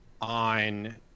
on